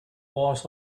boss